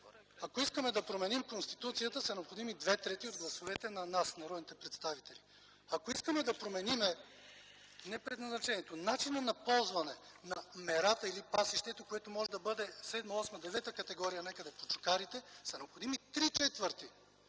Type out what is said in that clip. Ако искаме да променим Конституцията, са необходими две трети от гласовете на народните представители. Ако искаме да променим не предназначението, а начина на ползване на мерата или пасището, което може да бъде седма, осма, девета категория, някъде по чукарите, са необходими три четвърти